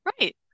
Right